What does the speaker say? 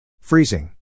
Freezing